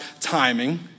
timing